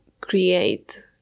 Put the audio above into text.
create